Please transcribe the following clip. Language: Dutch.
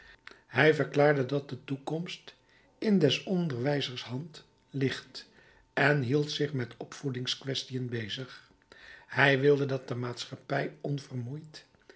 hij verklaarde dat de toekomst in des onderwijzers hand ligt en hield zich met opvoedingskwestiën bezig hij wilde dat de maatschappij onvermoeid